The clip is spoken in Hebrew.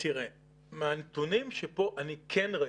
מהנתונים שכאן כן ראיתי,